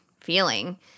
feeling